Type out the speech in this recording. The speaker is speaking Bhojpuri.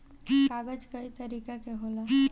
कागज कई तरीका के होला